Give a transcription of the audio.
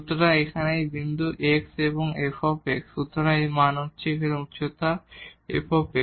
সুতরাং এখানে বিন্দু x এবং f সুতরাং এই মান এখানে উচ্চতা f